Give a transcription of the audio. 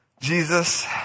Jesus